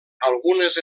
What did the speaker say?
algunes